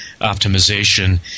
optimization